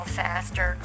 faster